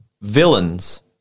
villains